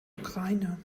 ukraine